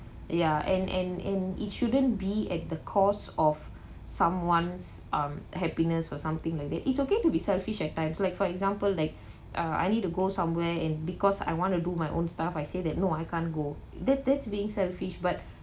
ya and and and it shouldn't be at the cost of someone's um happiness or something like that it's okay to be selfish at times like for example like uh I need to go somewhere and because I want to do my own stuff I say that no I can't go that that's being selfish but